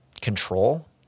control